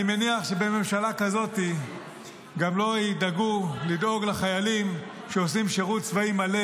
אני מניח שבממשלה כזאת גם לא ידאגו לחיילים שעושים שירות צבאי מלא